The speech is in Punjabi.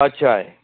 ਅੱਛਾ ਏ